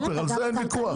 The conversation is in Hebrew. על זה אין ויכוח,